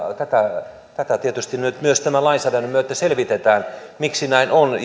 tätä tätä tietysti nyt myös tämän lainsäädännön myötä selvitetään miksi näin on